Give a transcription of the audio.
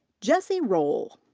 jesse roll.